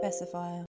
specifier